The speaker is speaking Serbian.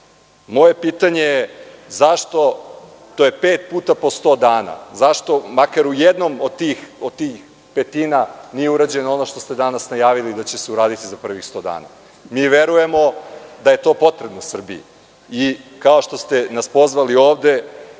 pet puta po 100 dana. Moje pitanje je zašto makar u jednoj od tih petina nije urađeno ono što ste danas najavili da će se uraditi za prvih 100 dana? Mi verujemo da je to potrebno Srbiji. Kao što ste nas pozvali ovde